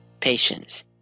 Patience